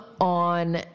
on